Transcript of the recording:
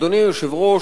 אדוני היושב-ראש,